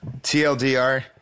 TLDR